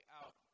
out